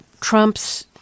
Trump's